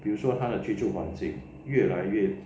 比如说他的居住环境越来越